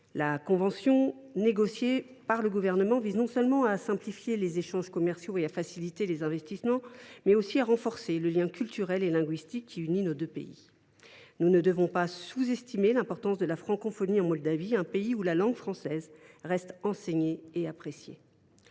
La convention négociée par le Gouvernement vise non seulement à simplifier les échanges commerciaux et à faciliter les investissements, mais aussi à renforcer le lien culturel et linguistique qui unit nos deux pays. Nous ne devons pas sous estimer l’importance de la francophonie en Moldavie, où la langue française reste enseignée et appréciée.